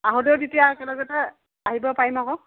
আঁহোতেও তেতিয়া একেলগতে আহিব পাৰিম আকৌ